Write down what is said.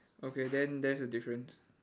okay then there's the difference